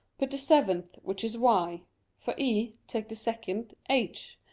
put the seventh, which is y for e, take the second, h.